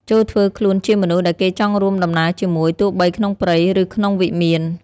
ចូរធ្វើខ្លួនជាមនុស្សដែលគេចង់រួមដំណើរជាមួយ ទោះបីក្នុងព្រៃ ឬក្នុងវិមាន។